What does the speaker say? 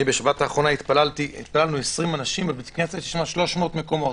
בשבת האחרונה התפללנו 20 אנשים בבית כנסת של 300 מקומות,